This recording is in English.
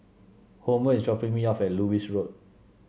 Homer is dropping me off at Lewis Road